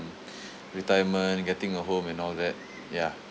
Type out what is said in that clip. retirement getting a home and all that ya